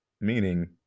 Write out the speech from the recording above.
Meaning